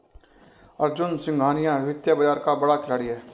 अर्जुन सिंघानिया वित्तीय बाजार का बड़ा खिलाड़ी है